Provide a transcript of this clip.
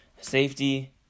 safety